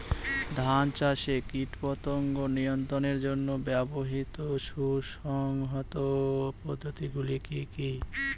ধান চাষে কীটপতঙ্গ নিয়ন্ত্রণের জন্য ব্যবহৃত সুসংহত পদ্ধতিগুলি কি কি?